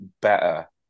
better